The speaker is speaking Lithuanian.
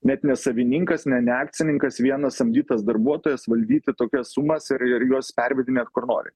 net ne savininkas ne ne akcininkas vienas samdytas darbuotojas valdyti tokias sumas ir ir juos pervedinėt kur nori